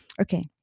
Okay